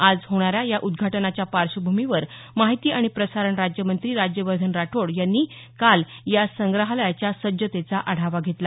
आज होणाऱ्या या उद्घाटनाच्या पार्श्वभूमीवर माहिती आणि प्रसारण राज्यमंत्री राज्यवर्धन राठोड यांनी काल या संग्रहालयाच्या सज्जतेचा आढावा घेतला